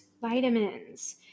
vitamins